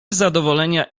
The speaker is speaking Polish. zadowolenia